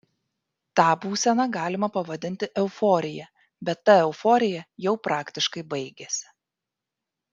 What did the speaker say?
tą būseną galima pavadinti euforija bet ta euforija jau praktiškai baigėsi